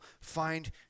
find